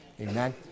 Amen